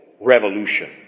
revolution